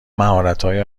مهارتهای